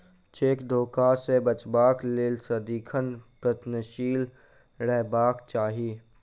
cheque धोखा सॅ बचबाक लेल सदिखन प्रयत्नशील रहबाक चाही